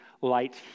light